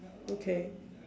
okay